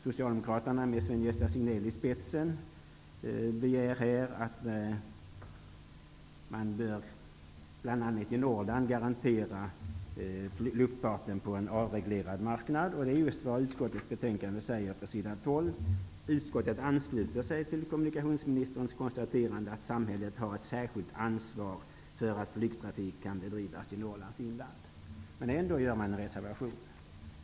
Socialdemokraterna, med Sven-Gösta Signell i spetsen, begär att man bl.a. i Norrland garanterar luftfarten på en avreglerad marknad. Det är just vad utskottets majoritet säger på s. 12: ''Utskottet ansluter sig till kommunikationsministerns konstaterande att samhället har ett särskilt ansvar för att flygtrafik kan bedrivas i Norrlands inland --.'' Ändå skriver man en reservation.